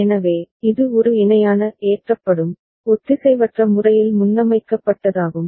எனவே இது ஒரு இணையான ஏற்றப்படும் ஒத்திசைவற்ற முறையில் முன்னமைக்கப்பட்டதாகும்